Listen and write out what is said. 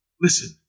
Listen